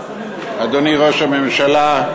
אדוני ראש הממשלה,